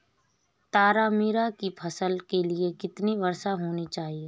तारामीरा की फसल के लिए कितनी वर्षा होनी चाहिए?